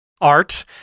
Art